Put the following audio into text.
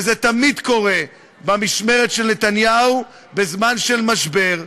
וזה תמיד קורה במשמרת של נתניהו בזמן של משבר.